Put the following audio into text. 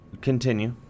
Continue